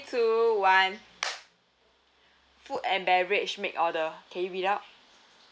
three two one food and beverage make order can you read out